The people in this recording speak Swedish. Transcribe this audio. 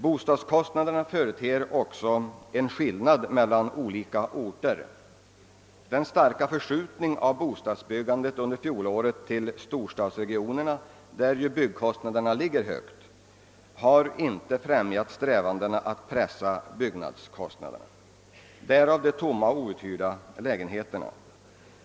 Bostadskostnaderna företer också en skillnad mellan olika orter. Den starka förskjutningen av bostadsbyggandet under fjolåret till storstadsregionerna, där ju byggkostnaderna ligger högt, har inte främjat strävandena att pressa byggnadskostnaderna — därav de tomma outhyrda lägenheterna.